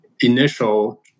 initial